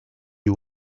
you